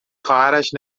خواهرش